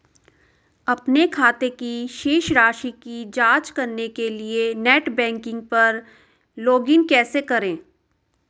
अपने खाते की शेष राशि की जांच करने के लिए नेट बैंकिंग पर लॉगइन कैसे करें?